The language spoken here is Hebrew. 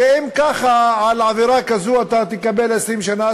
שאם גם ככה על עבירה כזו אתה תקבל 20 שנה,